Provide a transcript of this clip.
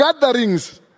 gatherings